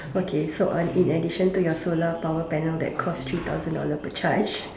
okay so earn in addition to your solar power panel that cost three thousand dollar per charge